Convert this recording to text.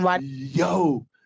yo